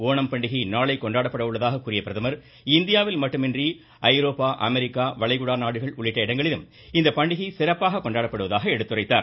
ஓணம் பண்டிகை நாளை கொண்டாடப்பட உள்ளதாக கூறிய பிரதமர் இந்தியாவில் மட்டுமின்றி ஐரோப்பா அமெரிக்கா உள்ளிட்ட நாடுகளிலும் இந்த பண்டிகை சிறப்பாக கொண்டாடப்படுவதாக எடுத்துரைத்தார்